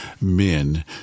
men